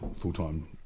full-time